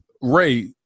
Ray